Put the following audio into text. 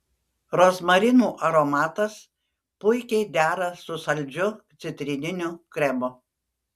rozmarinų aromatas puikiai dera su saldžiu citrininiu kremu